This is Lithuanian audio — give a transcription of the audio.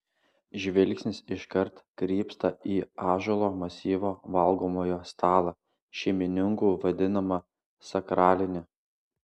žvilgsnis iškart krypsta į ąžuolo masyvo valgomojo stalą šeimininkų vadinamą sakraliniu